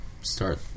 start